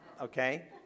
Okay